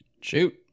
Shoot